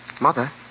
Mother